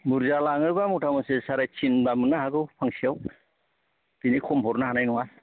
बुरजा लाङोबा मथा मुथि साराइथिन बा मोननो हागौ फांसेआव बिनि खम हरनो हानाय नङा